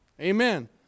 Amen